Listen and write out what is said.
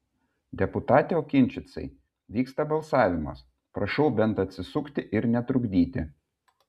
deputate okinčicai vyksta balsavimas prašau bent atsisukti ir netrukdyti